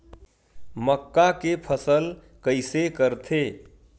मक्का के फसल कइसे करथे?